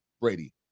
Brady